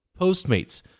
Postmates